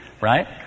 right